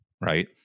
right